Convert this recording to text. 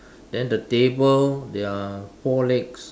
then the table there are four legs